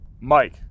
Mike